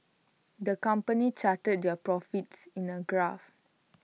the company charted their profits in A graph